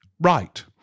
right